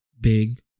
big